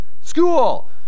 School